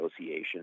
Association